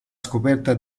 scoperta